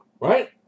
Right